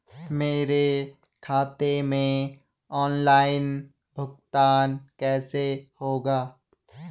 मेरे खाते में ऑनलाइन भुगतान कैसे होगा?